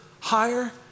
higher